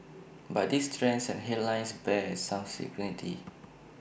but these trends and headlines bear some scrutiny